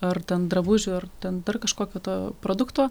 ar ten drabužių ar ten dar kažkokio to produkto